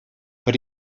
пӗр